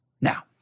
Now